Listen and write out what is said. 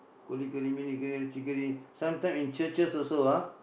கோழி கறி மீன் கறி இறைச்சி கறி:koozhi kari miin kari iraichsi kari sometime in churches also ah